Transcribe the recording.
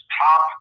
top